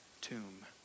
tomb